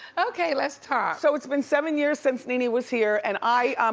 okay, let's talk. so it's been seven years since nene was here, and i,